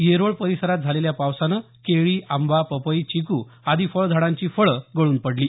येरोळ परिसरात झालेल्या पावसानं केळी आंबा पपई चिक् आदी फळझाडांची फळं गळून पडली